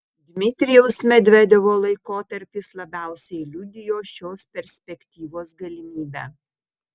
dmitrijaus medvedevo laikotarpis labiausiai liudijo šios perspektyvos galimybę